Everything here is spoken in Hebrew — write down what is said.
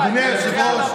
אדוני היושב-ראש,